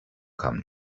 come